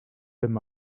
them